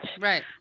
Right